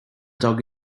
dog